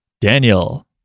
Daniel